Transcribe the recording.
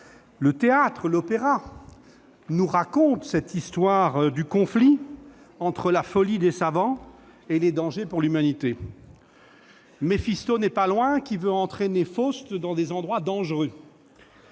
le théâtre, l'opéra nous racontent ce conflit entre la folie des savants et les dangers pour l'humanité. Méphisto n'est pas loin, qui veut entraîner Faust dans des endroits dangereux